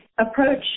approach